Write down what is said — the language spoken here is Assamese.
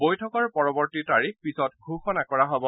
বৈঠকৰ পৰৱৰ্তী তাৰিখ পিছত ঘোষণা কৰা হব